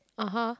(uh huh)